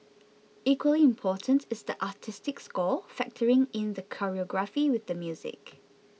equally important is the artistic score factoring in the choreography with the music